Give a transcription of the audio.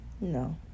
No